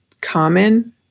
common